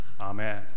amen